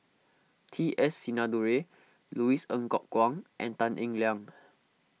T S Sinnathuray Louis Ng Kok Kwang and Tan Eng Liang